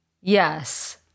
Yes